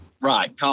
Right